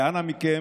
ואנא מכם,